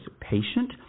patient